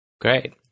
Great